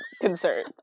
concerned